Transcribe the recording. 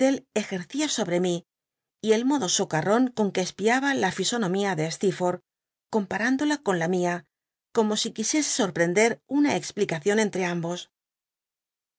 cjercia sobre mi y el modo socarron con que espiaba la fisonomía de steerforth comparándola con lamia como si quisiese sorprender una explicacion entre ambos